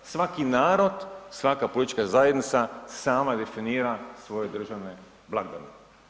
Svaki narod, svaka politička zajednica sama definira svoje državne blagdane.